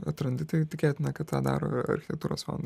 atrandi tai tikėtina kad tą daro architektūros fondas